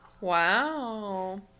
Wow